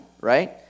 right